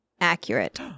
accurate